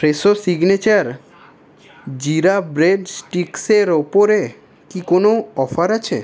Fresho signature জিরে bread স্টিক্সের ওপরে কি কোনো অফার আছে